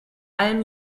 allem